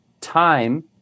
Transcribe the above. time